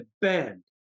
bend